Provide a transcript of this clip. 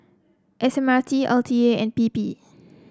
S M R T L T A and P P